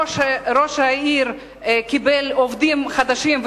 ראש העיר קיבל עובדים חדשים,